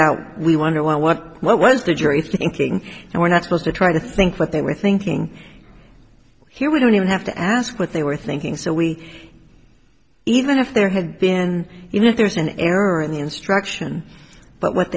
out we wonder well what what was the jury thinking and we're not supposed to try to think what they were thinking here we don't even have to ask what they were thinking so we even if there had been you know there's an error in the instruction but what